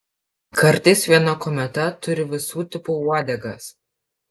kartais viena kometa turi visų tipų uodegas